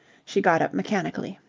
she got up mechanically.